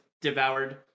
devoured